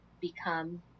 become